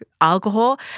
alcohol